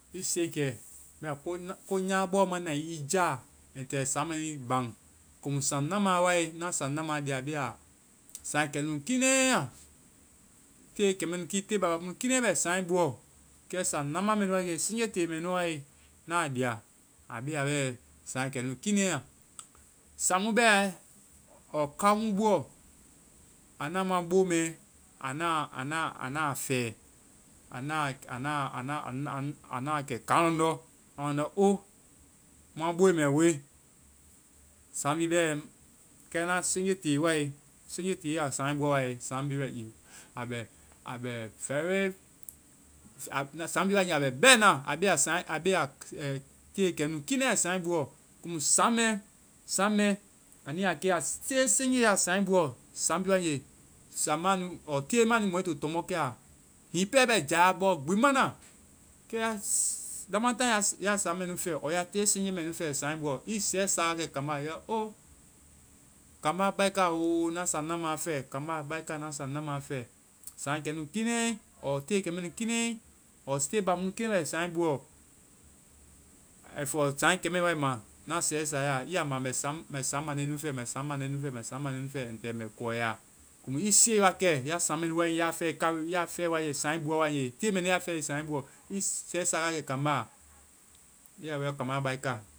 I siie kɛ. Bɛma ko nya-ko nyama bɔɔ ma na i jaa. Kɛ saŋ mɛ nui baŋ. Komu saŋ nama wae, na saŋ namaa lia a be ya saŋɛ kɛnu kiinɛi ya. Tee kɛ nu. Te baba mu nu kiinɛi bɛ saŋɛ buɔ, kɛ saŋ nama mɛ nu wae, sinje te mɛ nu wae naa lia a be ya saŋɛ kɛnu kiinɛi ya. Saŋ mu bɛ ɔɔ kao mu buɔ, anu mua bo mɛ anda fɛ, anda kɛ kaŋlɔŋdɔ́. amu andɔ o, mua booe mɛ woe. saŋ bhii bɛ. Kɛ na senje tee wae, senje te a, saŋɛ bɔ a bɛ a bɛ very-saŋ bhii wae a bɛ bɛna a beya saŋɛ kɛnu kiinɛi ya saŋɛ buɔ. Amu saŋ mɛ, saŋ mɛ anu ya ke ya te siinje ya saŋ buɔ. Saŋ maa nu-<english-or> te ma nu mɔ i to tɔmbɔ kɛa. Hiŋi pɛɛ i bɛ jáa kɔ gbi ma na, kɛ ya-lamataŋ ya saŋ mɛ nu fɛ ɔɔ ya te senje mɛ nu fɛ saŋɛ buɔ, i sɛsa wa kɛ kambá a, i yɔ, o. baika o, na saŋ nama fɛ. Kambá baika, na saŋ nama fɛ. Saŋɛ kɛnu kiinɛi ɔɔ te kɛmɛ nu kiinɛi, ɔɔ te ba mu kiinɛi bɛ saŋɛ buɔ. Ai fɔɔ saŋɛ kɛmɛ wae ma, na sɛsa i ya. I ya ma mɛ saŋ-mɛ saŋ mande nu fɛ, mɛ saŋ mande nu fɛ, mɛ saŋ mande nu fɛ. Mɛ jɛ mɛ kɔya. Hiŋi i siie wa kɛ, ya saŋ mɛ nu wae, ka-, ya fɛe saŋ buɔ wae nge, te mɛ nu ya fɛe saŋ buɔ, i sɛsa wa kɛ kambá a. I ya fɔ i yɔ, kambá baika.